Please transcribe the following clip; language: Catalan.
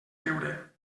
riure